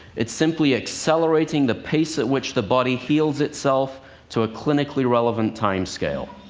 it's simply accelerating the pace at which the body heals itself to a clinically relevant timescale.